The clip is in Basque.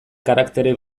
karaktere